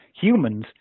Humans